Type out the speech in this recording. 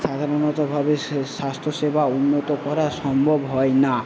সাধারণতভাবে সে স্বাস্থ্যসেবা উন্নত করা সম্ভব হয় না